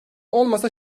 olmasa